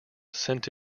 sent